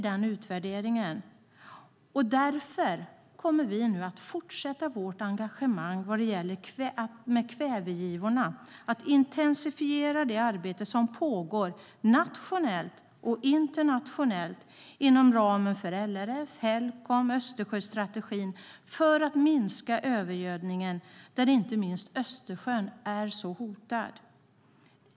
Därför kommer vi att fortsätta vårt engagemang när det gäller kvävegivorna och intensifiera det arbete som pågår nationellt och internationellt inom ramen för LRF, Helcom och Östersjöstrategin för att minska övergödningen; inte minst Östersjön är hotad.